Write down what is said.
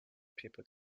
people